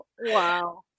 wow